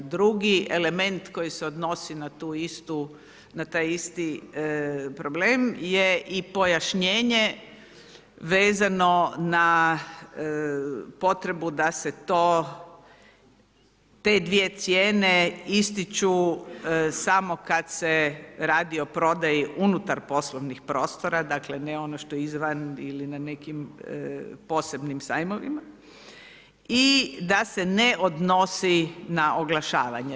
Drugi element koji se odnosi na taj isti problem i pojašnjenje vezano na potrebu da se to, te dvije cijene ističu samo kad se radi o prodaji unutar poslovnih prostora, dakle ne ono što je izvan ili na nekim posebnim sajmovima i da se ne odnosi na oglašavanje.